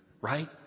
right